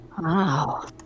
wow